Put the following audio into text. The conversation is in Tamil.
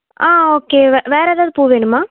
ஆ ஓகே வே வேறு எதாவது பூ வேணுமா